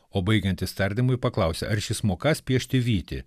o baigiantis tardymui paklausė ar šis mokąs piešti vytį